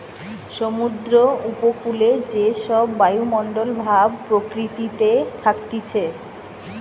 সমুদ্র উপকূলে যে সব বায়ুমণ্ডল ভাব প্রকৃতিতে থাকতিছে